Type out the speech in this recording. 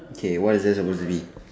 okay what is there suppose to be